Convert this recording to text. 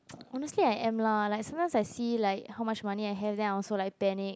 honestly I am lah like sometimes I see like how much money I have then I also like panic